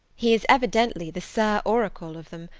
he is evidently the sir oracle of them,